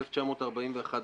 1941,